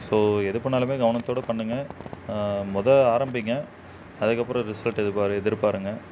so எது பண்ணிணாலுமே கவனத்தோடு பண்ணுங்கள் மொதல் ஆரம்பியுங்க அதுக்கப்புறம் ரிசல்ட்டு எதிர்பா எதிர்பாருங்கள்